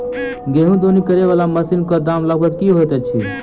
गेंहूँ दौनी करै वला मशीन कऽ दाम लगभग की होइत अछि?